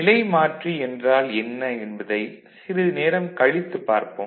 நிலைமாற்றி என்றால் என்ன என்பதை சிறிது நேரம் கழித்துப் பார்ப்போம்